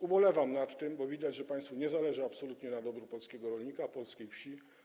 Ubolewam nad tym, bo widać, że państwu nie zależy absolutnie na dobru polskiego rolnika ani polskiej wsi.